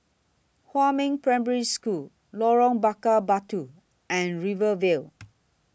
Huamin Primary School Lorong Bakar Batu and Rivervale